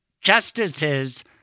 justices